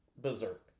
berserk